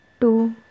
two